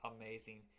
amazing